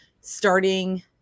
starting